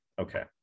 Okay